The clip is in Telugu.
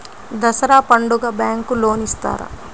దసరా పండుగ బ్యాంకు లోన్ ఇస్తారా?